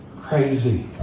crazy